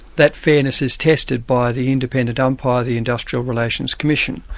that fairness is tested by the independent umpire, the industrial relations commission.